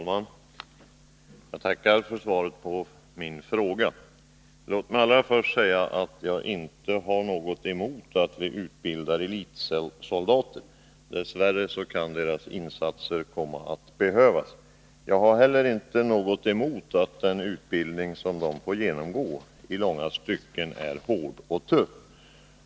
Herr talman! Jag tackar för svaret på min fråga. Låt mig allra först säga att jag inte har något emot att vi utbildar elitsoldater. Dess värre kan deras insatser komma att behövas. Jag har heller inte något emot att den utbildning som de får genomgå i långa stycken är hård och tuff.